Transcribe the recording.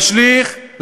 להשליך,